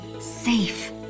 safe